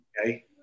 okay